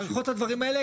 מאריכות את הדבירם האלה,